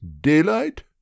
Daylight